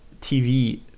TV